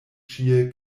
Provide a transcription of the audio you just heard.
ĉie